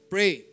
Pray